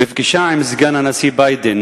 בפגישה עם סגן הנשיא ביידן